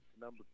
number